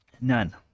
None